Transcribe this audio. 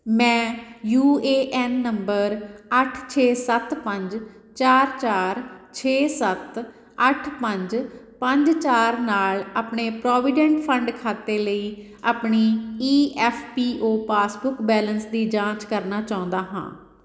ਮੈਂ U A N number ਅੱਠ ਛੇ ਸੱਤ ਪੰਜ ਚਾਰ ਚਾਰ ਛੇ ਸੱਤ ਅੱਠ ਪੰਜ ਪੰਜ ਚਾਰ ਨਾਲ ਆਪਣੇ ਪ੍ਰੋਵੀਡੈਂਟ ਫੰਡ ਖਾਤੇ ਲਈ ਆਪਣੀ E F P O passbook balance ਦੀ ਜਾਂਚ ਕਰਨਾ ਚਾਹੁੰਦਾ ਹਾਂ